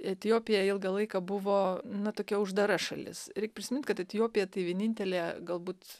etiopija ilgą laiką buvo na tokia uždara šalis reik prisimint kad etiopija tai vienintelė galbūt